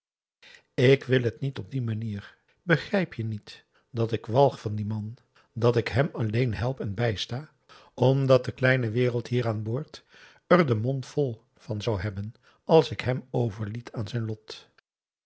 ik wil het niet op die manier begrijp je niet dat ik walg van dien man dat ik hem alleen help en bijsta omdat de kleine wereld hier aan boord er den mond vol van zou hebben als ik hem overliet aan zijn lot